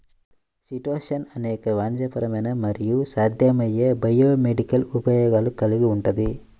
chitosan అనేక వాణిజ్యపరమైన మరియు సాధ్యమయ్యే బయోమెడికల్ ఉపయోగాలు కలిగి ఉంటుంది